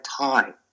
time